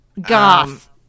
goth